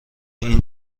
این